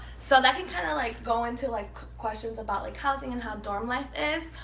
so that can kind of like go into like questions about like housing and how dorm life is.